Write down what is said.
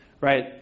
right